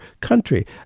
country